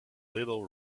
little